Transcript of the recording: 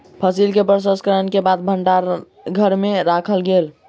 फसिल के प्रसंस्करण के बाद भण्डार घर में राखल गेल